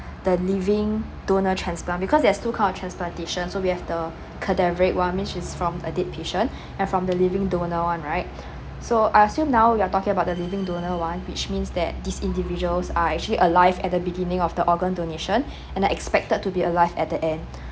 the living donor transplant because there's two kind of transplantation so we have the cadaveric one um which is from a dead patient and from the living donor one right so I assume now we're talking about the living donor one which means that these individuals are actually alive at the beginning of the organ donation and then expected to be alive at the end